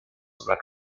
red